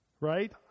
right